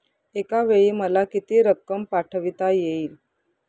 एकावेळी मला किती रक्कम पाठविता येईल?